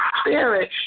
spirit